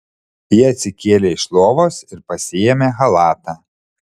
ji atsikėlė iš lovos ir pasiėmė chalatą